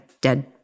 dead